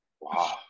Wow